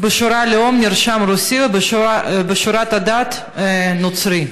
בשורת הלאום נרשם: רוסי, ובשורת הדת: נוצרי.